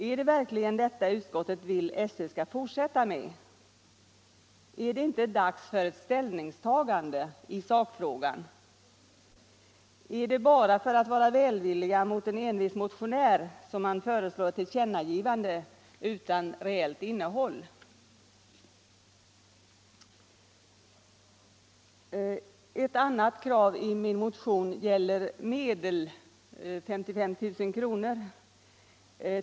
Är det verkligen detta utskottet vill att SÖ skall fortsätta med? Är det inte dags för ett ställningstagande i sakfrågan? Är det bara för att vara välvillig mot en envis motionär som man föreslår ett tillkännagivande utan reellt innehåll? Ett annat krav i min motion gäller 55 000 kr.